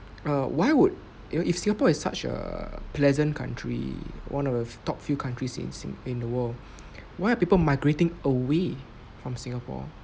err why would you know if singapore is such a pleasant country one of the top few countries in sing~ in the world why are people migrating away from singapore